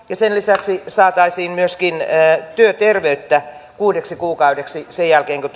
ja sen lisäksi saataisiin myöskin työterveyttä kuudeksi kuukaudeksi sen jälkeen kun